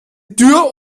tür